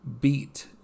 beat